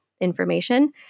information